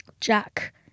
Jack